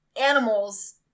animals